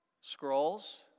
Scrolls